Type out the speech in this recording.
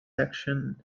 actions